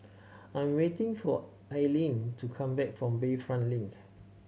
I'm waiting for Aileen to come back from Bayfront Link